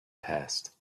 passed